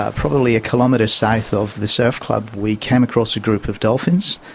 ah probably a kilometre south of the surf club we came across a group of dolphins,